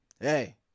hey